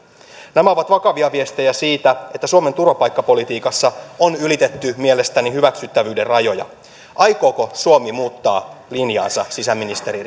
nämä ovat vakavia viestejä siitä että suomen turvapaikkapolitiikassa on ylitetty mielestäni hyväksyttävyyden rajoja aikooko suomi muuttaa linjaansa sisäministeri